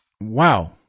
wow